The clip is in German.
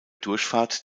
durchfahrt